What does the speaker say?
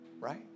right